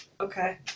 Okay